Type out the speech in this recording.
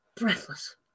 breathless